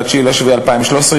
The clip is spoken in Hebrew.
9 ביולי 2013,